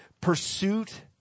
pursuit